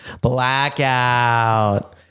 Blackout